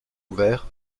ouvert